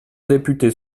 députés